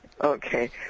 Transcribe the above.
Okay